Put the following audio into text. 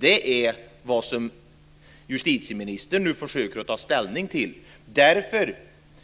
Det är vad justitieministern nu försöker ta ställning till. Därför